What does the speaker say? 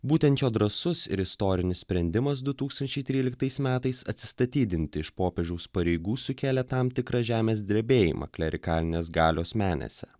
būtent jo drąsus ir istorinis sprendimas du tūkstančiai tryliktais metais atsistatydinti iš popiežiaus pareigų sukėlė tam tikrą žemės drebėjimą klerikalinės galios menėse